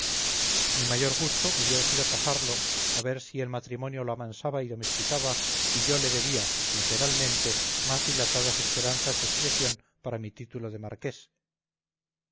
mi mayor gusto hubiera sido casarlo a ver si el matrimonio lo amansaba y domesticaba y yo le debía lateralmente más dilatadas esperanzas de sucesión para mí título de marqués